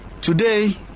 Today